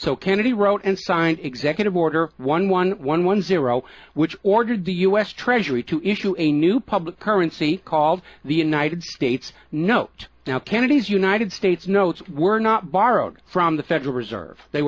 so kennedy wrote and signed executive order one one one one zero which ordered the u s treasury to issue a new public currency called the united states note now kennedy's united states notes were not borrowed from the federal reserve they